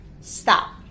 stop